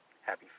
Happy